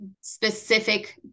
specific